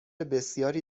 بسیاری